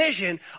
vision